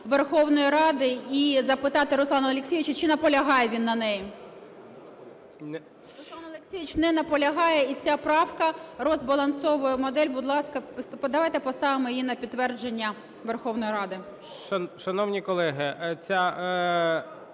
Верховної Ради і запитати Руслана Олексійовича, чи наполягає він на ній. Руслан Олексійович не наполягає. І ця правка розбалансовує модель. Будь ласка, давайте поставимо її на підтвердження Верховної Ради. ГОЛОВУЮЧИЙ. Шановні колеги, автор